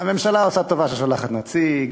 הממשלה עושה טובה שהיא שולחת נציג,